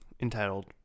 entitled